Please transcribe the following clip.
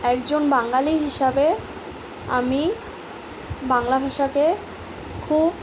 একজন বাঙালি হিসাবে আমি বাংলা ভাষাকে খুব